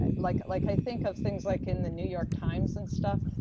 ah like like i think of things like in the new york times and stuff.